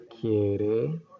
quiere